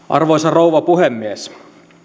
arvoisa rouva puhemies